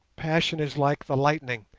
passion is like the lightning,